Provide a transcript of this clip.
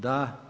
Da.